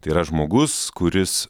tai yra žmogus kuris